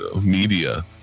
media